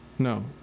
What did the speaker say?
No